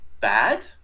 bad